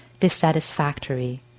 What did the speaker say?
dissatisfactory